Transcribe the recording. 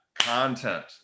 content